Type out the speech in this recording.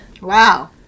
Wow